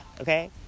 okay